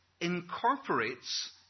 incorporates